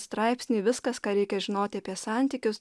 straipsnį viskas ką reikia žinoti apie santykius